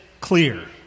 clear